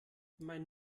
mein